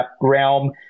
realm